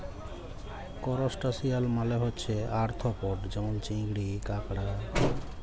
করসটাশিয়াল মালে হছে আর্থ্রপড যেমল চিংড়ি, কাঁকড়া